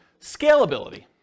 Scalability